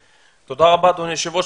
תודה רבה, אדוני היושב ראש.